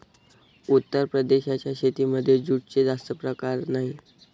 उत्तर प्रदेशाच्या शेतीमध्ये जूटचे जास्त प्रकार नाही